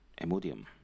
emodium